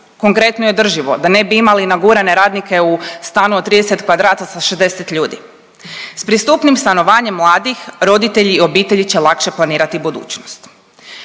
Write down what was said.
konkretno i održivo da ne bi imali nagurane radnike u stanu od 30 kvadrata sa 60 ljudi. S pristupnim stanovanjem mladih roditelji i obitelji će lakše planirati budućnost.